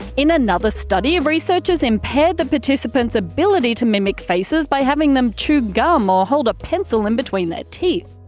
in another study, researchers impaired the participants ability to mimic faces by having them chew gum, or hold a pencil in between their teeth.